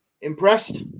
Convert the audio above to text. impressed